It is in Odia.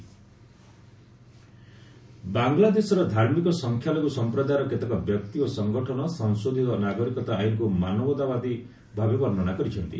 ବାଂଲାଦେଶ ସିଏଏ ବାଂଲାଦେଶର ଧାର୍ମିକ ସଂଖ୍ୟାଲଘ୍ର ସମ୍ପ୍ରଦାୟର କେତେକ ବ୍ୟକ୍ତି ଓ ସଙ୍ଗଠନ ସଂଶୋଧୃତ ନାଗରିକତା ଆଇନକ୍ର ମାନବତାବାଦୀ ଭାବେ ବର୍ଷ୍ଣନା କରିଛନ୍ତି